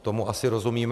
Tomu asi rozumíme.